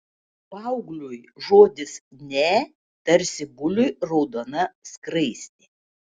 paaugliui žodis ne tarsi buliui raudona skraistė